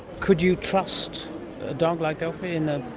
could you trust a dog like delphi in a